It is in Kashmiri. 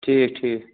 ٹھیٖک ٹھیٖک